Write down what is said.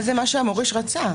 --- זה מה שהמוריש רצה.